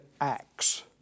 acts